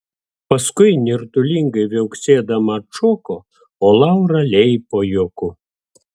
paskui nirtulingai viauksėdama atšoko o laura leipo juoku